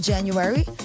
January